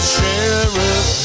Sheriff